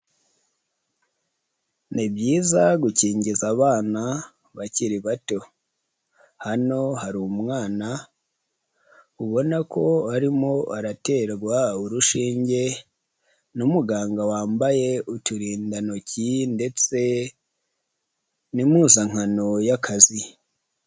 Ni byiza gukingiza abana bakiri bato, hano hari umwana ubona ko arimo araterwa urushinge n'umuganga. wambaye uturindantoki ndetse n'impuzankano y'akazi.